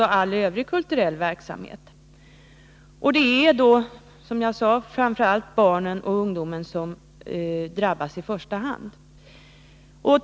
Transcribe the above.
Även all annan kulturell verksamhet har drabbats. Som jag tidigare sade är det i första hand barn och ungdom som kommer i kläm.